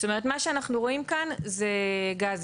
זאת אומרת מה שאנחנו רואים כאן זה גזים.